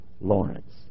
Lawrence